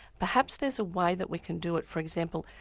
perhaps there's a way that we can do it for example,